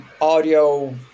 audio